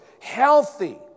healthy